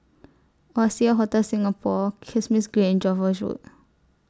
Oasia Hotel Singapore Kismis Green and Jervois Road